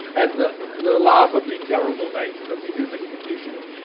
at the the laughably terrible nature of the human condition.